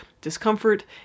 discomfort